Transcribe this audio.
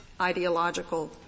ideological